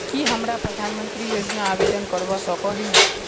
की हमरा प्रधानमंत्री योजना आवेदन करवा सकोही?